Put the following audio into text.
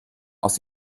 aus